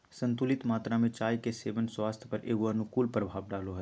संतुलित मात्रा में चाय के सेवन स्वास्थ्य पर एगो अनुकूल प्रभाव डालो हइ